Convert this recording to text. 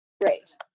great